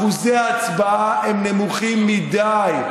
אחוזי ההצבעה הם נמוכים מדי,